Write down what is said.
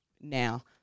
now